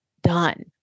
done